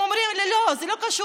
הם אומרים לי: לא, זה לא קשור,